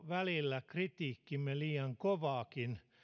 välillä liian kovaakin